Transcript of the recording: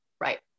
Right